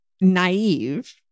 naive